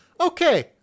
Okay